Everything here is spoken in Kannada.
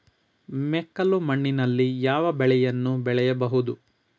ಮೆಕ್ಕಲು ಮಣ್ಣಿನಲ್ಲಿ ಯಾವ ಬೆಳೆಯನ್ನು ಬೆಳೆಯಬಹುದು?